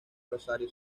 rosario